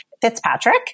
Fitzpatrick